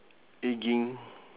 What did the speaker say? ageing